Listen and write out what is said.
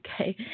Okay